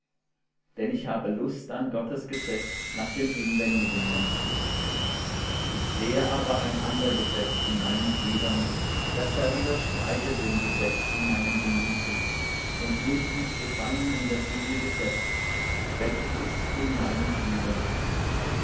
denn ich habe lust an gottes gesetz nach dem inwendigen menschen ich sehe aber ein ander gesetz in meinen gliedern das da widerstreitet dem gesetz in meinem gemüte und nimmt mich gefangen in der sünde gesetz welches ist in meinen gliedern